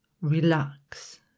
relax